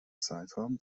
zeitraum